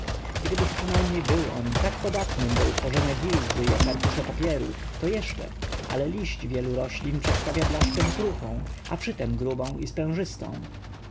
gdybyż przynajmniej był on tak podatnym do utworzenia gilzy jak arkusz papieru to jeszcze ale liść wielu roślin przedstawia blaszkę kruchą a przytem grubą i